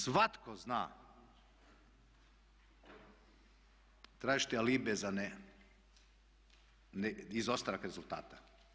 Svatko zna tražiti alibije za izostanak rezultata.